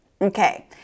Okay